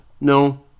No